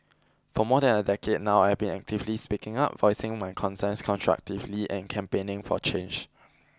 for more than a decade now I've been actively speaking up voicing my concerns constructively and campaigning for change